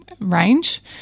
range